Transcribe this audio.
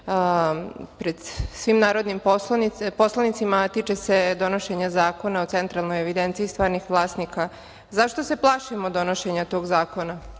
pred svim narodnim poslanicima, a tiče se donošenja Zakona o centralnoj evidenciji stvarnih vlasnika. Zašto se plašimo donošenja tog zakona?41/1